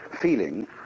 feeling